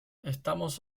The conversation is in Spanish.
estamos